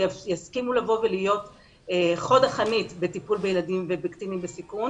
שיסכימו לבוא ולהיות חוד החנית בטיפול בילדים ובקטינים בסיכון.